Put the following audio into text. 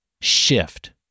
shift